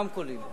הרמקולים.